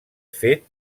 fet